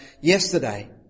yesterday